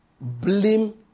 Blame